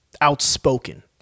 outspoken